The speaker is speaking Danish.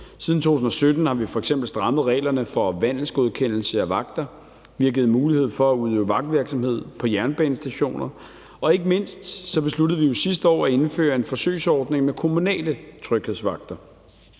Siden 2017 har vi f.eks. strammet reglerne for vandelsgodkendelse af vagter. Vi har givet mulighed for at udøve vagtvirksomhed på jernbanestationer, og ikke mindst besluttede vi jo sidste år at indføre en forsøgsordning med kommunale tryghedsvagter.